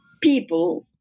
people